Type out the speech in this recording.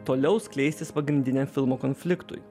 toliau skleistis pagrindiniam filmo konfliktui